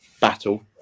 battle